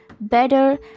better